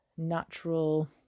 natural